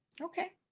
Okay